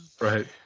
Right